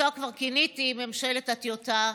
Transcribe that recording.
שאותה כבר כיניתי ממשלת הטיוטה?